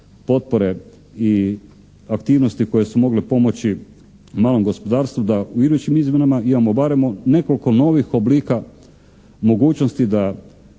potpore i aktivnosti koje su mogle pomoći malom gospodarstvu da u idućim izmjenama imamo barem nekoliko novih oblika mogućnosti da